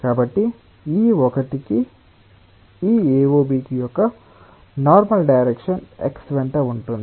కాబట్టి ఈ 1 ఈ AOB యొక్క నార్మల్ డైరెక్షన్ x వెంట ఉంటుంది